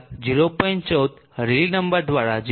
14 rally number દ્વારા 0